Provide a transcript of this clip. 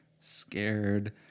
scared